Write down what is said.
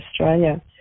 Australia